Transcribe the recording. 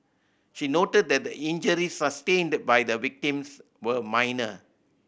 she noted that the injuries sustained by the victims were minor